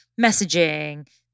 messaging